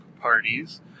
parties